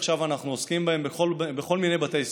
עכשיו אנחנו עוסקים בהן בכל מיני בתי ספר.